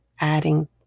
adding